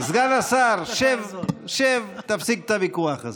סגן השר, שב, תפסיק את הוויכוח הזה.